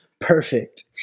perfect